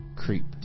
creep